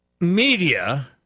media